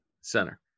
Center